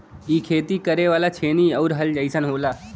इ खेती करे वाला छेनी आउर हल जइसन होला